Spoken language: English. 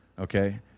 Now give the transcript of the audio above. okay